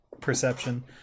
perception